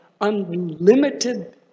unlimited